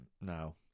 no